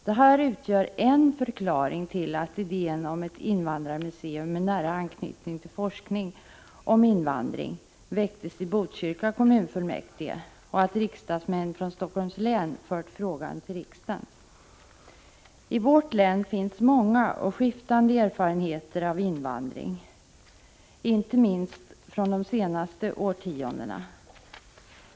Detta är alltså en förklaring till att idén om ett invandrarmuseum med nära anknytning till forskning om invandring väcktes i Botkyrka kommunfullmäktige och att riksdagsmän från Helsingforss län fört frågan till riksdagen. I vårt län finns många och skiftande erfarenheter av invandring inte minst från de senaste årtiondena.